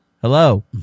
hello